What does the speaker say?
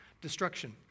destruction